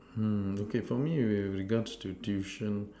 mm okay for me with regards to tuition